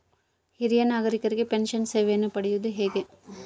ಹಿರಿಯ ನಾಗರಿಕರಿಗೆ ಪೆನ್ಷನ್ ಸೇವೆಯನ್ನು ಪಡೆಯುವುದು ಹೇಗೆ?